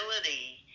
ability